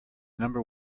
number